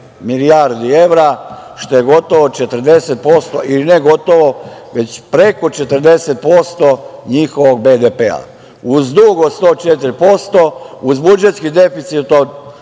milijardi evra, što je gotovo 40%, i ne gotovo već preko 40% njihovog BDP-a. Uz dug od 104%, uz budžetski deficit od